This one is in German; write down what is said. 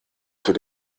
für